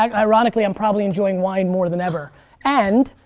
um ironically i'm probably enjoying wine more than ever and,